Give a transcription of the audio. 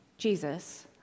Jesus